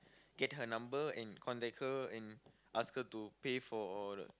get her number and contact her and ask her to pay for all the